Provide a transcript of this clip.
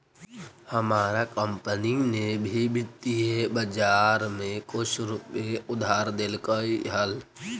हमार कंपनी ने भी वित्तीय बाजार में कुछ रुपए उधार देलकइ हल